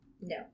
No